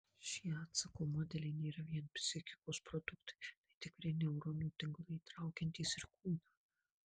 šie atsako modeliai nėra vien psichikos produktai tai tikri neuronų tinklai įtraukiantys ir kūną